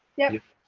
yes.